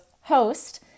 host